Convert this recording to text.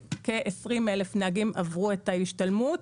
כ-20,000 נהגים עברו את ההשתלמות.